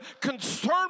concern